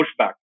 pushback